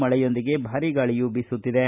ಮಳೆಯೊಂದಿಗೆ ಭಾರೀ ಗಾಳಿಯೂ ಬೀಸುತ್ತಿದ್ದು